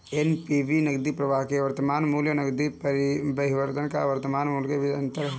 NPV नकदी प्रवाह के वर्तमान मूल्य और नकदी बहिर्वाह के वर्तमान मूल्य के बीच का अंतर है